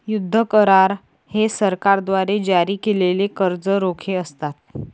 युद्ध करार हे सरकारद्वारे जारी केलेले कर्ज रोखे असतात